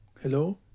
Hello